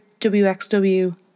wxw